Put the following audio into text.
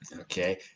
okay